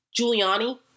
Giuliani